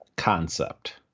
Concept